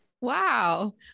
Wow